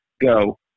go